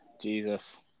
Jesus